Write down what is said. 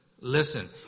Listen